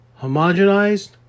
homogenized